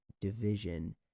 division